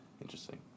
interesting